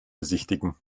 besichtigen